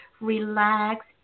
relax